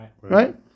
Right